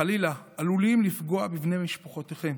חלילה, עלולים לפגוע בבני משפחותיכם,